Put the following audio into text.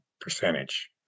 percentage